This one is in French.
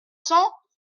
cents